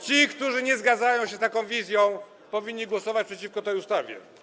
Ci, którzy nie zgadzają się z taką wizją, powinni głosować przeciwko tej ustawie.